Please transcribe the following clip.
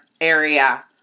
area